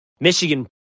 Michigan